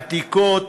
עתיקות,